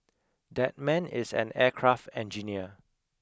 that man is an aircraft engineer